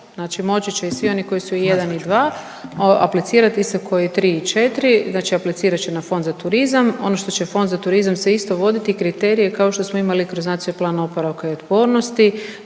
Znači moći će i svi oni koji su 1 i 2 aplicirati, isto kao 3 i 4, znači aplicirat će na fond za turizam. Ono što će fond za turizam se isto voditi, kriterij je kao što smo imali kroz Nacionalni plan oporavka i otpornosti,